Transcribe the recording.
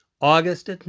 August